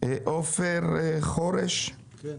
עופר חורש, בבקשה.